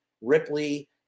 ripley